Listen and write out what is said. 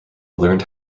learned